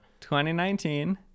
2019